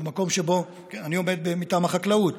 ואני עומד מטעם החקלאות,